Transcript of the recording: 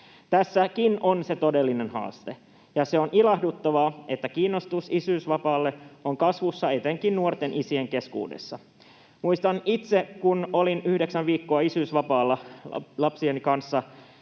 Tässäkin on todellinen haaste, ja on ilahduttavaa, että kiinnostus isyysvapaalle jäämiseen on kasvussa etenkin nuorten isien keskuudessa. Muistan itse, kun olin yhdeksän viikkoa isyysvapaalla lapsieni kanssa;